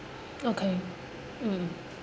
okay mm